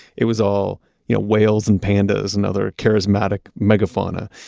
it was all you know whales, and pandas, and other charismatic megafauna.